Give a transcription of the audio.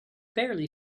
barely